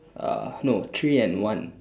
uh no three and one